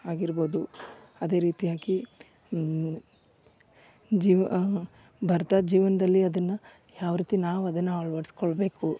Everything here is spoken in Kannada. ಆಗಿರ್ಬೋದು ಅದೇ ರೀತಿಯಾಗಿ ಜೀವ್ ಬರ್ತಾ ಜೀವನದಲ್ಲಿ ಅದನ್ನ ಯಾವ ರೀತಿ ನಾವು ಅದನ್ನ ಆಳ್ವಡ್ಸ್ಕೊಳ್ಳಬೇಕು